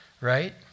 right